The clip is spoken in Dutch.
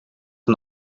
een